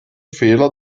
fehler